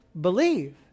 believe